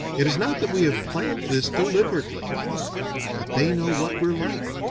it is not that we have planned this deliberately but they know what we're like.